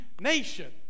nation